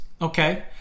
Okay